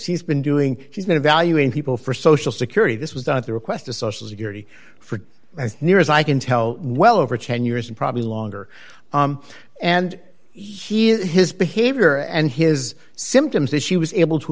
she's been doing she's been evaluating people for social security this was at the request of social security for as near as i can tell well over ten years and probably longer and he is his behavior and his symptoms that she was able to